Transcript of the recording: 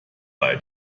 bei